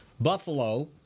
Buffalo